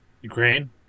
Ukraine